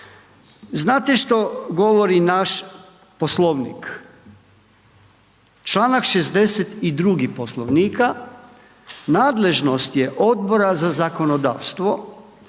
Znate što govori naš poslovnik? Članak 62. poslovnika, nadležnost je Odbora za zakonodavstvo